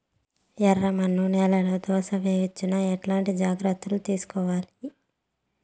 ఎర్రమన్ను నేలలో దోస వేయవచ్చునా? ఎట్లాంటి జాగ్రత్త లు తీసుకోవాలి?